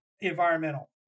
environmental